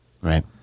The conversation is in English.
right